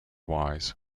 wise